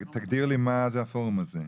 תגדיר לי מה זה הפורום הזה.